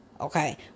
Okay